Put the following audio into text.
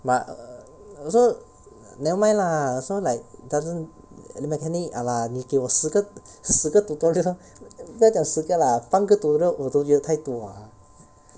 but err also never mind lah as long like doesn't !aiya! mechanic !hanna! 你给我十个十个 tutorial 不要讲十个 lah 八个 tutorial 我都觉得太多 lah